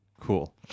Cool